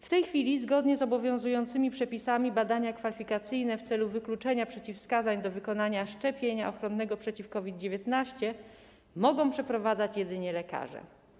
W tej chwili zgodnie z obowiązującymi przepisami badania kwalifikacyjne w celu wykluczenia przeciwwskazań do wykonania szczepienia ochronnego przeciw COVID-19 mogą przeprowadzać jedynie lekarze.